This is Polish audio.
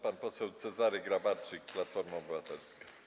Pan poseł Cezary Grabarczyk, Platforma Obywatelska.